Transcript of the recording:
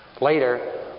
Later